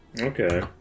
Okay